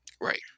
right